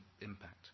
impact